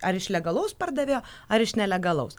ar iš legalaus pardavėjo ar iš nelegalaus